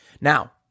Now